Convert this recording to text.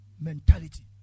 Mentality